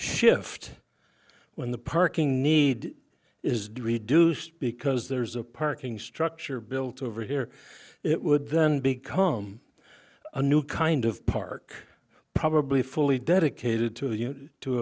shift when the parking need is do reduced because there's a parking structure built over here it would then become a new kind of park probably fully dedicated to